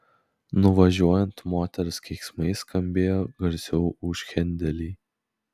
nuvažiuojant moters keiksmai skambėjo garsiau už hendelį